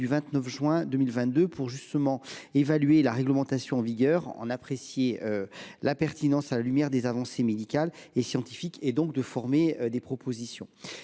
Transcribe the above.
du 29 juin 2022, de manière à pouvoir évaluer la réglementation en vigueur et à en apprécier la pertinence à la lumière des avancées médicales et scientifiques afin de formuler des propositions.